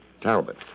Talbot